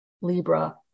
Libra